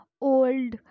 old